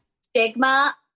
Stigma